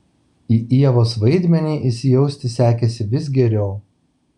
į ievos vaidmenį įsijausti sekėsi vis geriau